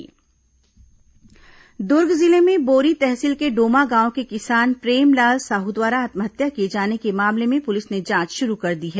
किसान आत्महत्या जांच दुर्ग जिले में बोरी तहसील के डोमा गांव के किसान प्रेमलाल साहू द्वारा आत्महत्या किए जाने के मामले में पुलिस ने जांच शुरू कर दी है